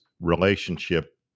relationship